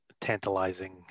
tantalizing